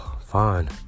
Fine